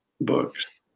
books